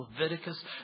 Leviticus